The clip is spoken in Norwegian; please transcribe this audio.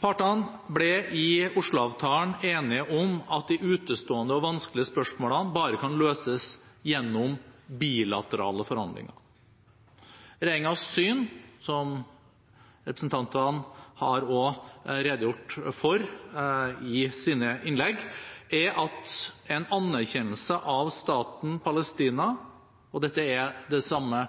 Partene ble i Oslo-avtalen enige om at de utestående og vanskelige spørsmålene bare kan løses gjennom bilaterale forhandlinger. Regjeringens syn, som representantene også har redegjort for i sine innlegg, er at en anerkjennelse av staten Palestina – og dette er det samme